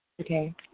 Okay